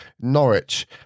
Norwich